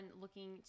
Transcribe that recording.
looking